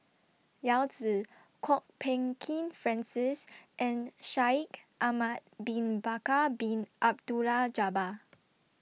Yao Zi Kwok Peng Kin Francis and Shaikh Ahmad Bin Bakar Bin Abdullah Jabbar